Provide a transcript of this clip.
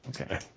Okay